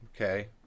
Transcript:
okay